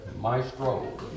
maestro